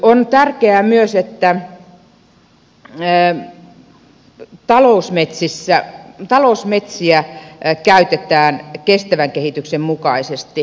on tärkeää myös että talousmetsiä käytetään kestävän kehityksen mukaisesti